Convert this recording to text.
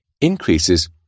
increases